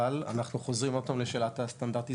אבל אנחנו חוזרים עוד פעם לשאלת הסטנדרטיזציה.